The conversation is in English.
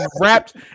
wrapped